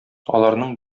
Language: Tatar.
аларның